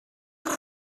blow